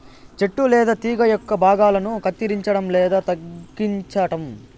చెట్టు లేదా తీగ యొక్క భాగాలను కత్తిరించడం లేదా తగ్గించటం